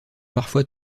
parfois